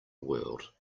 world